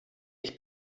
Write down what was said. ich